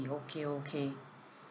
okay okay